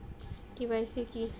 KYC কী?